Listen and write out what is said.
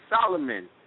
Solomon